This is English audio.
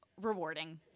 rewarding